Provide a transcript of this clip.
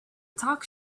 talk